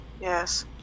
Yes